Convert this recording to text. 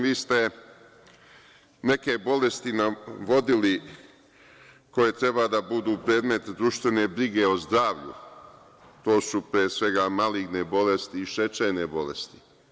Vi ste neke bolesti navodili koje treba da budu predmet društvene brige o zdravlju, to su pre svega maligne bolesti i šećerne bolesti.